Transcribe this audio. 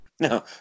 No